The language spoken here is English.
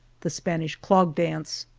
the spanish clog dance.